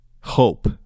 hope